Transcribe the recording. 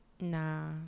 Nah